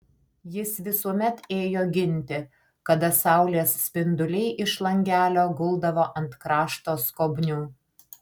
jis visuomet ėjo ginti kada saulės spinduliai iš langelio guldavo ant krašto skobnių